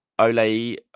Ole